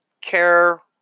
care